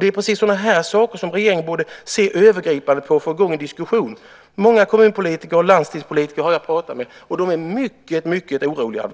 Det är sådana saker regeringen borde se övergripande på och få i gång en diskussion kring. Jag har pratat med många kommunpolitiker och landstingspolitiker. De är mycket oroliga.